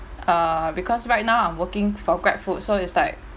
uh because right now I'm working for GrabFood so it's like